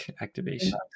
activation